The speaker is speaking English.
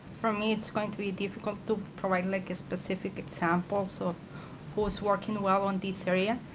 for me it's going to be difficult to provide like a specific example so of who's working well on this area.